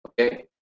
okay